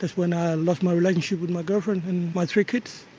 when i lost my relationship with my girlfriend and my three kids